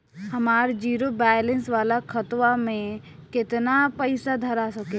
हमार zero balance वाला खतवा म केतना पईसा धरा सकेला?